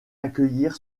accueillir